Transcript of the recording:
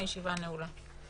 הישיבה נעולה.